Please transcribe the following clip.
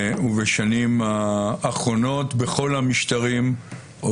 בשנים האחרונות בכל המשטרים הפרלמנטריים,